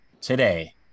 today